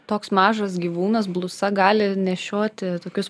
toks mažas gyvūnas blusa gali nešioti tokius